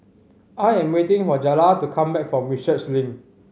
I am waiting for Jaylah to come back from Research Link